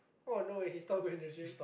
how I know if he stop going to the gym